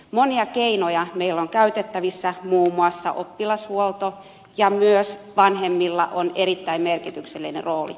monia keinoja meillä on käytettävissä muun muassa oppilashuolto ja myös vanhemmilla on erittäin merkityksellinen rooli